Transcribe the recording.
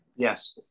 Yes